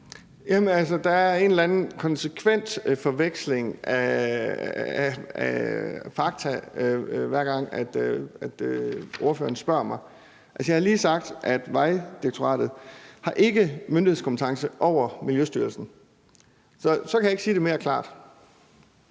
eller anden konsekvent forveksling af fakta, hver gang ordføreren spørger mig. Altså, jeg har lige sagt, at Vejdirektoratet ikke har myndighedskompetence over Miljøstyrelsen. Så kan jeg ikke sige det mere klart.